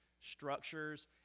structures